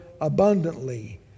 abundantly